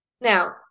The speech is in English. Now